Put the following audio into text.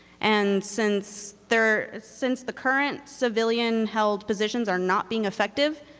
and since the since the current civilian held positions are not being effective,